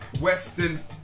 Western